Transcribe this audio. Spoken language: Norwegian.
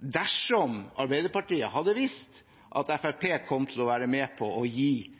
Dersom Arbeiderpartiet hadde visst at Fremskrittspartiet kom til å være med på å gi